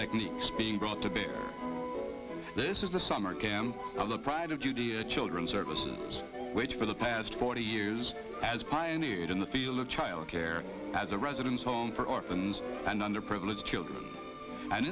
techniques being brought to bear this is the summer camp of the pride of judy a children's services which for the past forty years has pioneered in the field of child care as a residence home for orphans and underprivileged children an